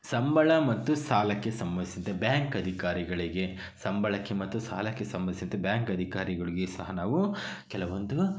ಸಂಬಳ ಮತ್ತು ಸಾಲಕ್ಕೆ ಸಂಬಂದ್ಸಂತ್ ಬ್ಯಾಂಕ್ ಅಧಿಕಾರಿಗಳಿಗೆ ಸಂಬಳಕ್ಕೆ ಮತ್ತು ಸಾಲಕ್ಕೆ ಸಂಬಂದ್ಸಂತೆ ಬ್ಯಾಂಕ್ ಅಧಿಕಾರಿಗಳಿಗೆ ಸಹ ನಾವು ಕೆಲವೊಂದು